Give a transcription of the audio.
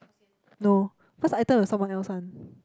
no first item was someone else one